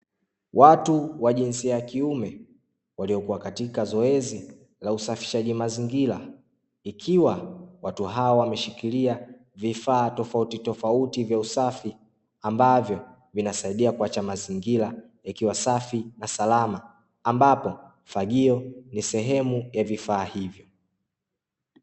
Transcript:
Watu wa jinsia ya kiume, waliokuwa katika zoezi la usafishaji wa mazingira, ikiwa watu hao wameshikilia vifaa tofautitouti vya usafi, ambavyo vinasaidia kuacha mazingira yakiwa safi na salama ambapo fagio ni sehemu ya vifaa hivyo.